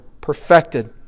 perfected